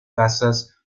casas